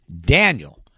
Daniel